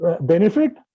benefit